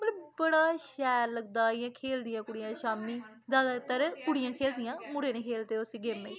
मतलब बड़ा शैल लगदा इ'यां खेलदियां कुड़ियां शाम्मी ज्यादातर कुड़ियां खेलदियां मुड़े नी खेलदे उसी गेमे गी